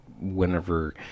whenever